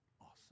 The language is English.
awesome